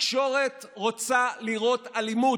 התקשורת רוצה לראות אלימות,